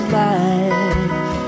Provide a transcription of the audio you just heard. life